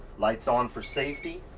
lights on for safety.